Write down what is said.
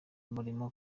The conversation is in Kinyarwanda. umurimo